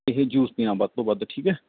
ਇਹ ਜੂਸ ਪੀਣਾ ਵੱਧ ਤੋਂ ਵੱਧ ਠੀਕ ਹੈ